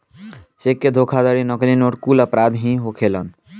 check के धोखाधड़ी, नकली नोट कुल अपराध ही होखेलेन